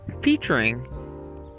featuring